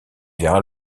vers